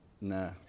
nah